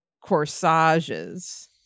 corsages